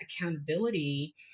accountability